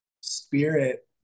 spirit